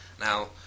Now